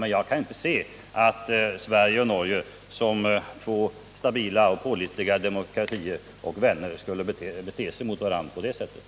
Men jag kan inte se att Sverige och Norge som två stabila och pålitliga demokratier och vänner skulle bete sig på det sättet mot varandra.